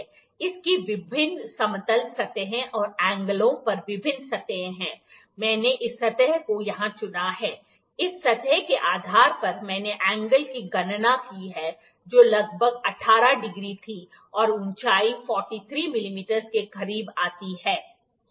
इसकी विभिन्न समतल सतहें और एंगलों पर विभिन्न सतहें हैं मैंने इस सतह को यहाँ चुना है इस सतह के आधार पर मैंने एंगल की गणना की है जो लगभग 18 डिग्री थी और ऊँचाई 43 मिमी के करीब आती है